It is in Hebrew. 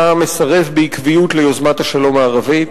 אתה מסרב בעקביות ליוזמת השלום הערבית,